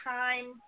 time